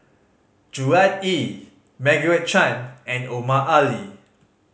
Gerard Ee Margaret Chan and Omar Ali